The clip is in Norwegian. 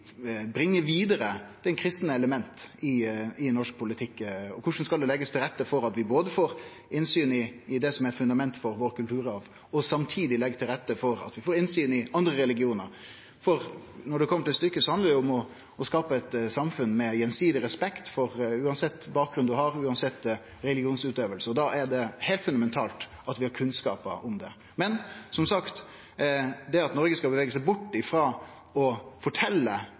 bringe vidare det kristne elementet i norsk politikk, og korleis skal det leggjast til rette for at vi får innsyn i det som er fundamentet for vår kulturarv, og samtidig leggje til rette for at vi får innsyn i andre religionar. Når det kjem til stykket, handlar det jo om å skape eit samfunn med gjensidig respekt, uansett kva for bakgrunn ein har, uansett religionsutøving, og da er det heilt fundamentalt at vi har kunnskap om det. Men, som sagt, det at Noreg skal bevege seg bort frå å